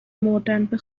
مردن، به